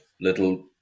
little